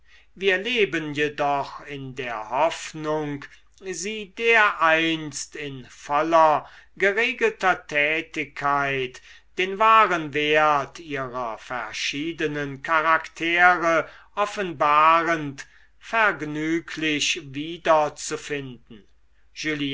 wir leben jedoch in der hoffnung sie dereinst in voller geregelter tätigkeit den wahren wert ihrer verschiedenen charaktere offenbarend vergnüglich